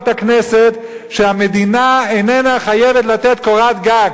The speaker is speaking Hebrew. הכנסת שהמדינה איננה חייבת לתת קורת גג.